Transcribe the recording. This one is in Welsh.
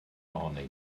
ohoni